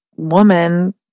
Woman